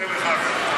מודה לך.